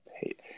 Hate